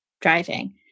driving